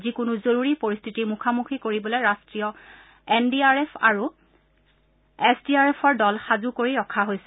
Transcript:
যিকোনো জৰুৰী পৰিস্থিতিৰ মুখামুকি কৰিবলৈ ৰাষ্টীয় এন ডি আৰ এফ আৰু এছ ডি আৰ এফৰ দল সাজু কৰি ৰখা হৈছে